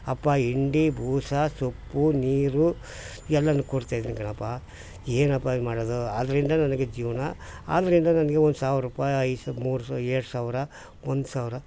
ಅಪ್ಪ ಹಿಂಡಿ ಬೂಸ ಸೊಪ್ಪು ನೀರು ಎಲ್ಲನೂ ಕೊಡ್ತಾಯಿದೀನ್ ಕಣಪ್ಪ ಏನಪ್ಪ ಈಗ ಮಾಡೋದು ಆದ್ದರಿಂದ ನನಗೆ ಜೀವನ ಆದ್ದರಿಂದ ನನಗೆ ಒಂದು ಸಾವಿರ ರೂಪಾಯ್ ಐದು ಮೂರು ಎರಡು ಸಾವಿರ ಒಂದು ಸಾವಿರ